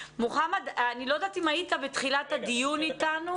מוחמד, אני לא יודעת אם היית בתחילת הדיון איתנו.